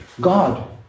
God